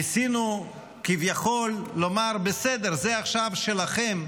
ניסינו כביכול לומר: בסדר, זה עכשיו שלכם,